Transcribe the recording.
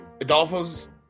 Adolfo's